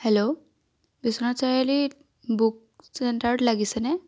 hello Biswanath চাৰিআালিত book চেন্টাৰত লাগিছেনে